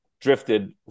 drifted